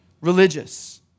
religious